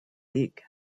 league